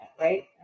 Right